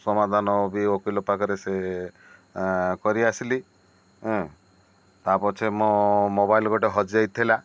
ସମାଧାନ ବି ଓକିଲ ପାଖରେ ସେ କରି ଆସିଲି ତା' ପଛେ ମୋ ମୋବାଇଲ ଗୋଟେ ହଜିଥିଲା